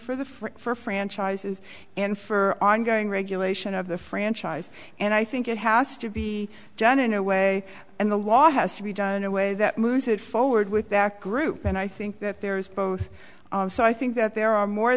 the for franchises and for ongoing regulation of the franchise and i think it has to be done in a way and the law has to be done in a way that moves it forward with that group and i think that there is both so i think that there are more